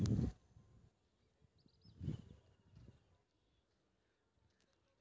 धीरे धीरे विभिन्न भुगतान एप के मौजूदगी मे मनीऑर्डर के महत्व घटि गेलै